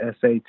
SAT